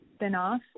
spinoff